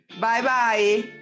Bye-bye